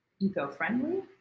eco-friendly